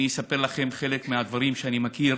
אני אספר לכם חלק מהדברים שאני מכיר: